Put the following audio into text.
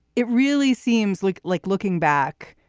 it really seems like like looking back,